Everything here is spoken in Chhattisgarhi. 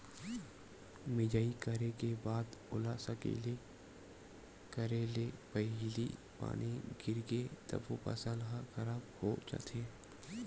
मिजई करे के बाद ओला सकेला करे ले पहिली पानी गिरगे तभो फसल ह खराब हो जाथे